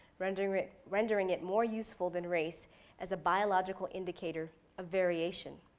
rendering it rendering it more useful than race as a biological indicator of variation.